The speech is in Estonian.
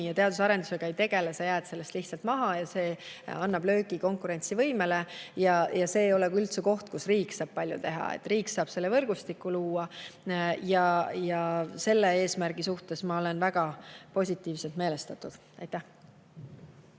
ja teaduse arendusega ei tegele, siis jääd sellest lihtsalt maha ja see annab löögi konkurentsivõimele. Ja see ei ole üldse koht, kus riik saab palju teha. Riik saab selle võrgustiku luua, ja selle eesmärgi suhtes ma olen väga positiivselt meelestatud. Aitäh!